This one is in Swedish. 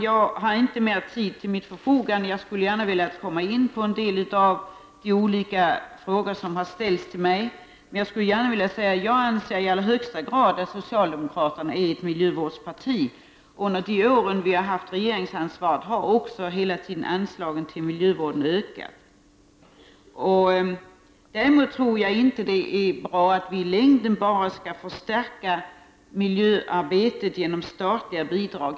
Jag har inte mer tid till mitt förfogande men skulle gärna vilja komma in på en del av de frågor som har ställts till mig. Jag vill säga att jag i allra högsta grad anser att socialdemokraterna är ett miljövårdsparti. Under de år vi har haft regeringsansvaret har anslagen till miljövården hela tiden ökat. Däremot tror jag inte att det är bra att i längden förstärka miljöarbetet enbart genom statliga bidrag.